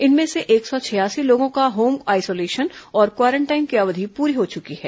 इनमें से एक सौ छियासी लोगों का होम आईसोलेशन और क्वारेंटाइन की अवधि पूरी हो चुकी है